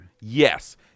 yes